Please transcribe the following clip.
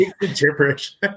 gibberish